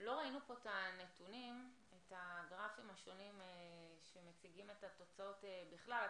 לא ראינו פה את הגרפים השונים שמציגים את התוצאות בכלל.